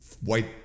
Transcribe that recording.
white